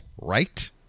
right